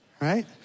right